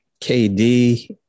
KD